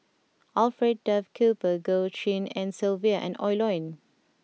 Alfred Duff Cooper Goh Tshin En Sylvia and Oi Lin